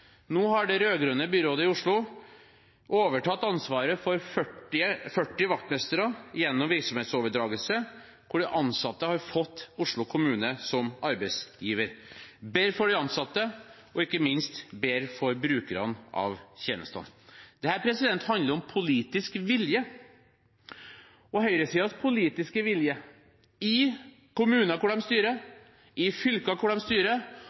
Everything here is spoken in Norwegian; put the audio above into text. Nå har det rød-grønne byrådet i Oslo overtatt ansvaret for 40 vaktmestre gjennom virksomhetsoverdragelse, hvor de ansatte har fått Oslo kommune som arbeidsgiver – bedre for de ansatte og ikke minst bedre for brukerne av tjenestene. Dette handler om politisk vilje. Høyresidens politiske vilje i kommuner hvor de styrer, i fylker hvor de styrer,